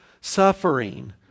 suffering